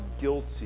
guilty